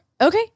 Okay